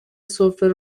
سفره